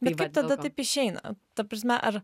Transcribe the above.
bet tada taip išeina ta prasme ar